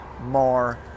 more